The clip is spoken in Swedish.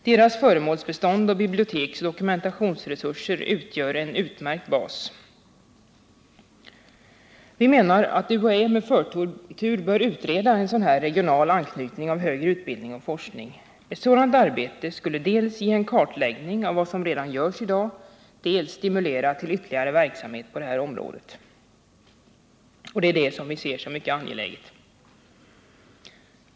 Deras föremålsbestånd och biblioteksoch dokumentationsresurser utgör här en utmärkt bas. Vi menar att UHÄ med förtur bör utreda en sådan regional anknytning av högre utbildning och forskning. Ett sådant arbete skall dels ge en kartläggning av vad som redan görs i dag, dels stimulera till ytterligare verksamhet på det här området, och det ser vi som något angeläget.